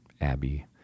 Abby